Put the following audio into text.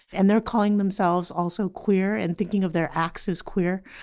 and they're calling themselves also queer and thinking of their acts as queer,